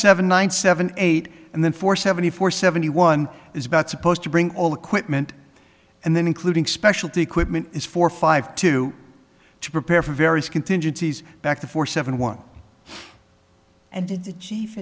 seven nine seven eight and then four seventy four seventy one is about supposed to bring all equipment and then including specialty equipment is for five to to prepare for various contingencies back to four seven one and did the chief